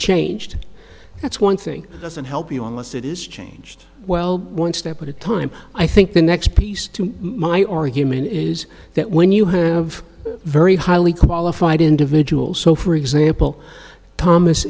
changed that's one thing doesn't help you unless it is changed well one step at a time i think the next piece to my argument is that when you have very highly qualified individuals so for example thomas